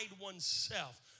oneself